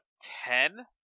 ten